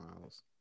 Miles